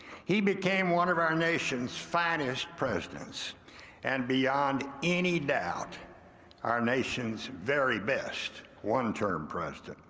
he became one of our nation's finest presidents and beyond any doubt our nation's very best one term president.